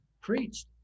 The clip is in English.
preached